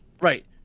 Right